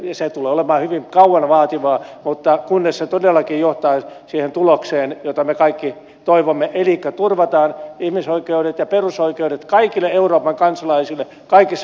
se tulee olemaan hyvin kauan vaativaa kunnes se todellakin johtaa siihen tulokseen jota me kaikki toivomme elikkä turvataan ihmisoikeudet ja perusoikeudet kaikille euroopan kansalaisille kaikissa euroopan maissa